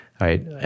right